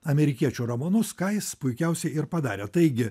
amerikiečių romanus ką jis puikiausiai ir padarė taigi